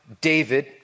David